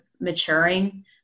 maturing